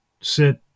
sit